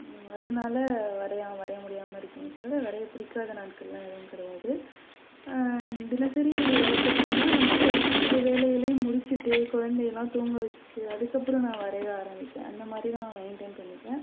அதனால் வரையா வரைய முடியாமல் இருக்குமே தவிர வரைய பிடிக்காத நாட்கள்லாம் எதுவும் கிடையாது தினசரி வழக்கத்திலனா வந்து ஏ வேலைகளையும் முடிச்சிட்டு குழந்தையெல்லாம் தூங்க வைச்சிட்டு அதுக்கப்புறம் நான் வரைய ஆரம்மிப்பேன் அந்தமாதிரி தான் நான் மெயின்டைன் பண்ணிக்குவேன்